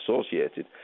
associated